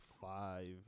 five